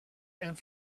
and